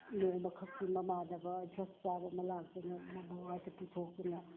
ꯅꯣꯡꯃ ꯈꯛꯇꯤ ꯃꯃꯥꯟꯅꯕ ꯗ꯭ꯔꯛ ꯆꯥꯕ ꯑꯃ ꯂꯥꯛꯇꯨꯅ ꯃꯋꯥꯁꯦ ꯄꯨꯊꯣꯛꯇꯨꯅ